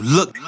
Look